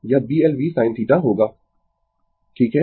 यह Bl v sin θ होगा ठीक है